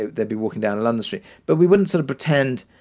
ah they'd be walking down and um the street, but we wouldn't sort of pretend.